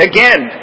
Again